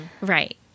Right